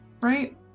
right